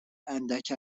اندک